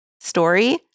story